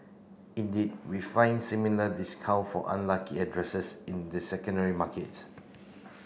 indeed we find similar discount for unlucky addresses in the secondary markets